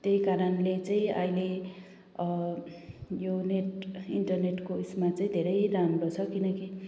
त्यही कारणले चाहिँ अहिले यो नेट इन्टरनेटको उसमा चाहिँ धेरै राम्रो छ किनकि